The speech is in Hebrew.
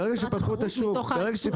נכון, ברגע שפתחו את השוק לתחרות.